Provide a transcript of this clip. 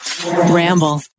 ramble